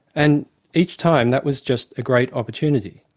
and each time that was just a great opportunity